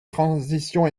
transition